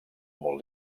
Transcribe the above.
molt